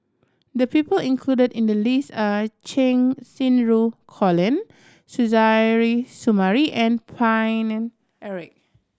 the people included in the list are Cheng Xinru Colin Suzairhe Sumari and Paine Eric